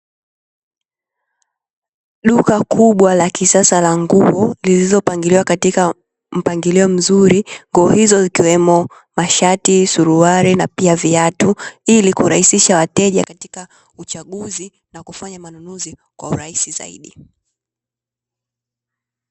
Duka kubwa la kisasa la nguo zilizopangiliwa katika mpangilio mzuri nguo hizo zikiwemo mashati, suruali na pia viatu ili kurahisisha wateja katika uchaguzi na kufanya manunuzi kwa urahisi zaidi.